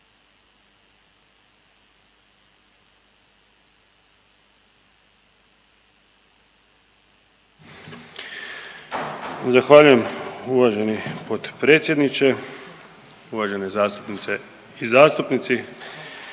Zahvaljujem uvaženi potpredsjedniče, uvažene zastupnice i zastupnici.